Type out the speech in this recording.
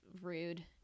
rude